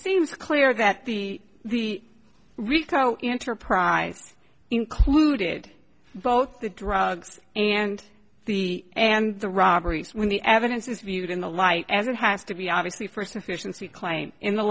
seems clear that the the rico enterprise included both the drugs and the and the robberies when the evidence is viewed in the light as it has to be obviously for sufficiency claims in the